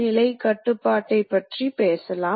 நீங்கள் எளிதில் அதைப் புரிந்து கொள்ளலாம்